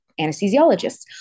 anesthesiologists